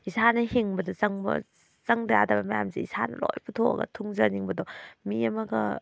ꯏꯁꯥꯅ ꯍꯤꯡꯕꯗ ꯆꯪꯕ ꯆꯪꯗ ꯌꯥꯗꯕ ꯃꯌꯥꯝꯁꯦ ꯏꯁꯥꯅ ꯂꯣꯏ ꯄꯨꯊꯣꯛꯑꯒ ꯊꯨꯡꯖꯅꯤꯡꯕꯗꯣ ꯃꯤ ꯑꯃꯒ